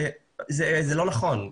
זה לא נכון.